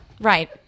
Right